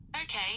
Okay